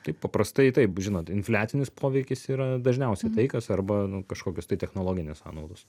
tai paprastai taip žinot infliacinis poveikis yra dažniausia tai kas arba nu kažkokios tai technologinės sąnaudos